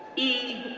e.